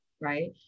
Right